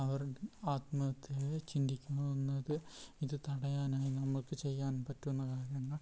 അവർ ആത്മഹത്യ ചിന്തിക്കുന്നു എന്നത് ഇത് തടയാനായി നമുക്ക് ചെയ്യാൻ പറ്റുന്ന കാര്യങ്ങൾ